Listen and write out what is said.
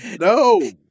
no